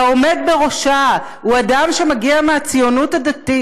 אין לו גבולות.